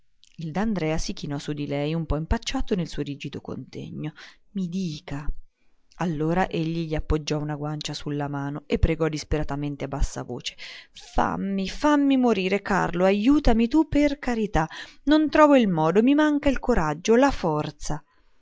carlo il d'andrea si chinò su lei un po impacciato nel suo rigido contegno i dica allora ella gli appoggiò una guancia su la mano e pregò disperatamente a bassa voce fammi fammi morire carlo ajutami tu per carità non trovo il modo mi manca il coraggio la forza